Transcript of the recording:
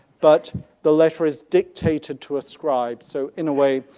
but the letter is dictated to a scribe, so in a way,